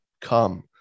come